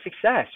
success